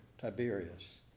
Tiberius